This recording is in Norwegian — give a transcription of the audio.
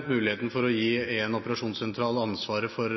Muligheten for å gi én operasjonssentral ansvaret for